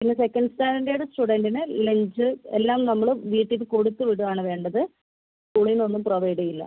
അതുപോലെ second standard സ്റ്റുഡൻറ്റിന് lunch എല്ലാം നമ്മൾ വീട്ടിൽ നിന്ന് കൊടുത്തു വിടുവാണ് വേണ്ടത് സ്കൂളിൽ നിന്ന് ഒന്നും പ്രൊവൈഡ് ചെയ്യില്ല